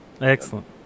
Excellent